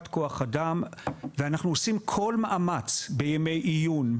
כוח אדם ואנחנו עושים כול מאמץ בימי עיון,